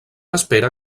espera